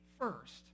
first